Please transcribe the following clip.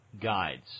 guides